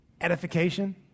edification